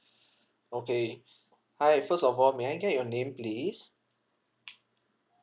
okay hi first of all may I get your name please